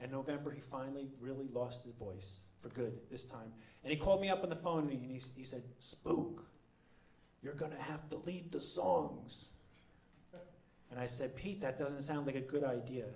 and november he finally really lost the voice for good this time and he called me up on the phone and he said spoke you're going to have to leave the songs and i said pete that doesn't sound like a good idea